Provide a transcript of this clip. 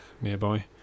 nearby